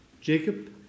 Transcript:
Jacob